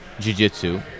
jiu-jitsu